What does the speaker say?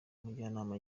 mujyanama